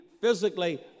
physically